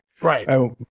Right